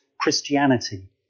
Christianity